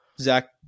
Zach